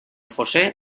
josé